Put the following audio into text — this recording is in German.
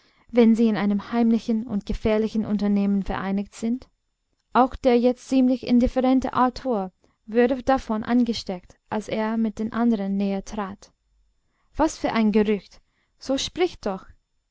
wenn sie in einem heimlichen und gefährlichen unternehmen vereinigt sind auch der jetzt ziemlich indifferente arthur wurde davon angesteckt als er mit den anderen näher trat was für ein gerücht so sprich doch